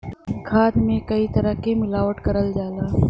खाद में कई तरे क मिलावट करल जाला